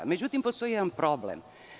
Međutim, postoji jedan problem.